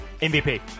MVP